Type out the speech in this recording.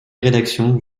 rédaction